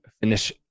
finish